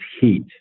heat